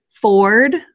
Ford